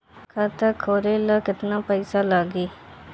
खाता खोले ला केतना पइसा लागी?